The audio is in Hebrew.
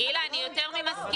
אני יותר מאשר מסכימה אתך.